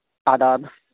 آداب